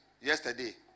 yesterday